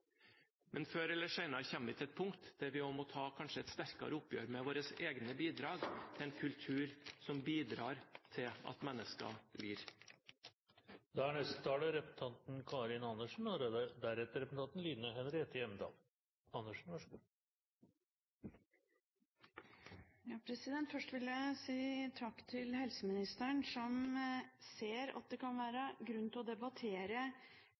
men før eller senere kommer vi til et punkt der vi kanskje må ta et sterkere oppgjør med våre egne bidrag til en kultur som bidrar til at mennesker lider. Først vil jeg si takk til helseministeren, som ser at det kan være grunn til å debattere